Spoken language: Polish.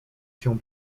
się